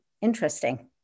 interesting